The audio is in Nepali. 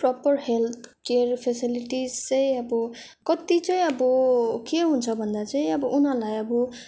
प्रपर हेल्थ केयर फेसेलिटिज चाहिँ अब कति चाहिँ अब के हुन्छ भन्दा चाहिँ अब उनीहरूलाई अब